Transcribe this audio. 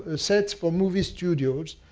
ah sets for movie studios.